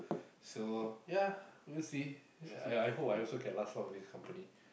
so ya we'll see I I hope I also can last long in this company